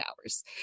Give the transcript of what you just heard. hours